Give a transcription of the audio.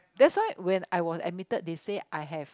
that's why when I was admitted they said I have